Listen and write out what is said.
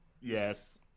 Yes